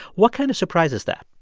what kind of surprise is that?